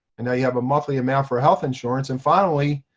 and now you have a monthly amount for health insurance. and finally,